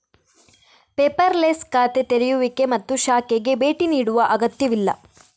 paperless ಖಾತೆ ತೆರೆಯುವಿಕೆ ಮತ್ತು ಶಾಖೆಗೆ ಭೇಟಿ ನೀಡುವ ಅಗತ್ಯವಿಲ್ಲ